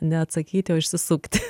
ne atsakyti o išsisukti